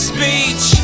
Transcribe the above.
Speech